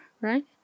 right